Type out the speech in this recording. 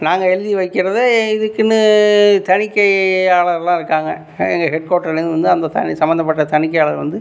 நாங்கள் எழுதி வெக்கிறதை இதுக்குன்னு தணிக்கையாளர்லாம் இருக்காங்க எங்கள் ஹெட் கோட்டர்லேந்து வந்து அந்த சானி சம்பந்தப்பட்ட தணிக்கையாளர் வந்து